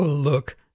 Look